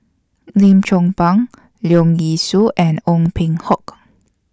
Lim Chong Pang Leong Yee Soo and Ong Peng Hock